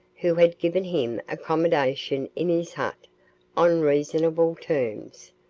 who had given him accommodation in his hut on reasonable terms.